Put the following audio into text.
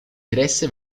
diresse